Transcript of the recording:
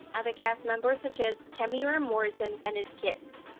other cast members such as temuera morrison, and his kids.